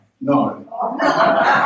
no